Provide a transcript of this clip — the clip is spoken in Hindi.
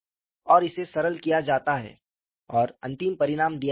और इसे सरल किया जाता है और अंतिम परिणाम दिया जाता है